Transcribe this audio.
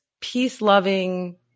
peace-loving